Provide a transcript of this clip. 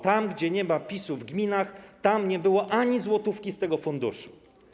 Tam, gdzie nie ma PiS-u w gminach, tam nie było ani złotówki z tego funduszu.